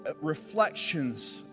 reflections